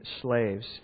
slaves